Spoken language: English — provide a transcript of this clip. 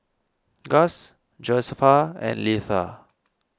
Guss Josefa and Litha